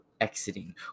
exiting